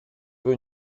veux